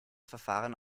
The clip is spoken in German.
verfahren